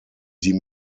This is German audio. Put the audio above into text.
die